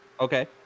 Okay